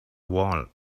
wall